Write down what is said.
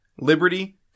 Liberty